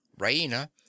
Raina